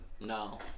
No